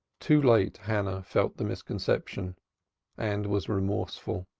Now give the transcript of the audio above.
too late hannah felt the misconception and was remorseful.